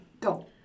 Go